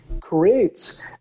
creates